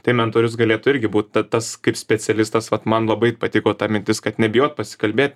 tai mentorius galėtų irgi būt tas kaip specialistas vat man labai patiko ta mintis kad nebijot pasikalbėt